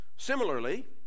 Similarly